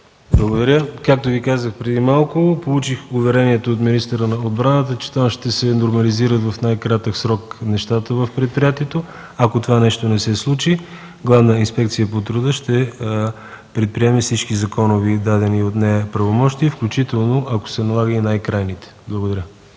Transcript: Благодаря. Както Ви казах преди малко, получих уверението от министъра на отбраната, че в най-кратък срок нещата в предприятието ще се нормализират. Ако това нещо не се случи, Главна инспекция по труда ще предприеме всички, дадени й от закона правомощия, включително ако се налага и най-крайните. Благодаря.